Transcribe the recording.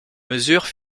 mesures